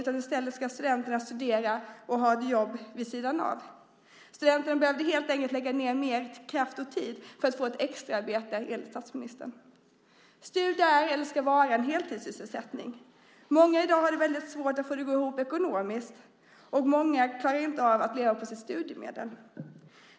I stället ska studenterna studera och ha ett jobb vid sidan av. Studenterna behöver helt enkelt lägga ned mer kraft och tid för att få ett extraarbete, enligt statsministern. Studier är eller ska vara en heltidssysselsättning. Många i dag har det väldigt svårt att få det att gå ihop ekonomiskt. Många klarar inte av att leva på sitt studiemedel.